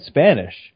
Spanish